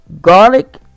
garlic